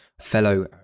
fellow